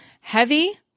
heavy